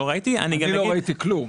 אני גם אגיד שבדרך כלל,